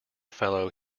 fellow